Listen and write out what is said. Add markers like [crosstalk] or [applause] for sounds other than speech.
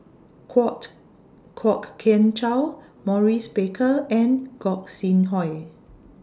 [unintelligible] Kwok Kian Chow Maurice Baker and Gog Sing Hooi